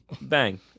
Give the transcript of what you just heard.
Bang